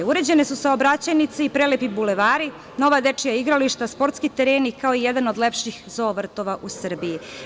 Uređene su saobraćajnice i prelepi bulevari, nova dečija igrališta, sportski tereni, kao i jedan od lepših zoo vrtova u Srbiji.